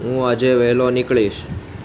હું આજે વહેલો નીકળીશ